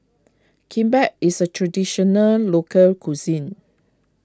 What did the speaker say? Kimbap is a Traditional Local Cuisine